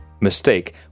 mistake